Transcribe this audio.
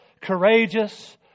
Courageous